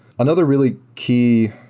another really key,